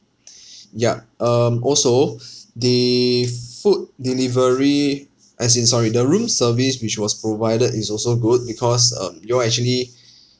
yup um also the f~ food delivery as in sorry the room service which was provided is also good because um you all actually